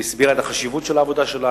היא הסבירה את החשיבות של העבודה שלה,